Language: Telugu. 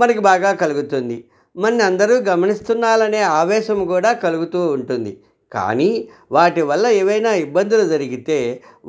మనకి బాగా కలుగుతుంది మన్నందరూ గమనిస్తున్నారనే ఆవేశం కూడా కలుగుతూ ఉంటుంది కానీ వాటి వల్ల ఏమైనా ఇబ్బందులు జరిగితే